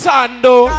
Sando